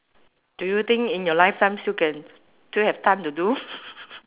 do you think in your lifetime still can still have time to do